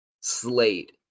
slate